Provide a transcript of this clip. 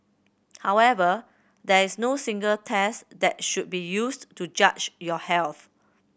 however there is no single test that should be used to judge your health